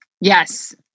Yes